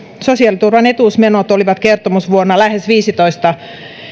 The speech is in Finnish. sosiaaliturvan etuusmenot olivat kertomusvuonna lähes viisitoista